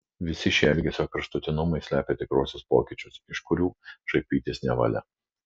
visi šie elgesio kraštutinumai slepia tikruosius pokyčius iš kurių šaipytis nevalia